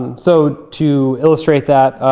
and so to illustrate that,